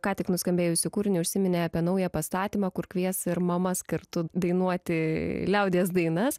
ką tik nuskambėjusį kūrinį užsiminė apie naują pastatymą kur kvies ir mamas kartu dainuoti liaudies dainas